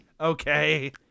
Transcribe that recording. Okay